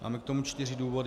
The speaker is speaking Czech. Máme k tomu čtyři důvody.